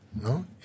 no